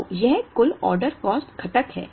तो यह कुल ऑर्डर कॉस्ट घटक है